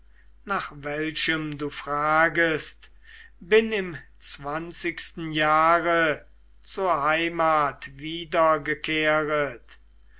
nach welchem du fragest bin im zwanzigsten jahre zur heimat wiedergekehret